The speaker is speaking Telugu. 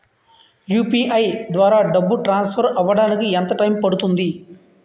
యు.పి.ఐ ద్వారా డబ్బు ట్రాన్సఫర్ అవ్వడానికి ఎంత టైం పడుతుంది?